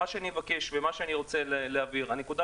מה שאני מבקש ומה שאני רוצה להבהיר: הנקודה